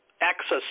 access